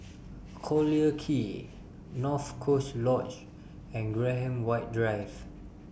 Collyer Quay North Coast Lodge and Graham White Drive